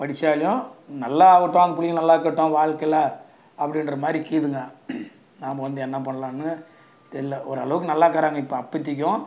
படித்தாலும் நல்லா ஆகட்டும் அந்த பிள்ளைங்க நல்லா இருக்கட்டும் வாழ்க்கையில் அப்படின்ற மாதிரி இக்கீதுங்க நாம் வந்து என்ன பண்ணலான்னு தெரியல ஓரளவுக்கு நல்லாருக்குறாங்க இப்போ அப்பதைக்கும்